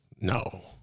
No